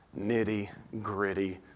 nitty-gritty